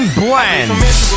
blends